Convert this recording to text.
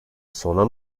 sona